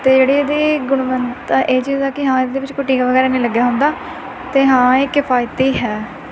ਅਤੇ ਜਿਹੜੀ ਇਹਦੀ ਗੁਣਵੰਤਾ ਇਹ ਚੀਜ਼ ਆ ਕਿ ਹਾਂ ਇਹਦੇ ਵਿੱਚ ਕੋਈ ਟੀਕਾ ਵਗੈਰਾ ਨਹੀਂ ਲੱਗਿਆ ਹੁੰਦਾ ਅਤੇ ਹਾਂ ਇਹ ਕਿਫਾਇਤੀ ਹੈ